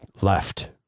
left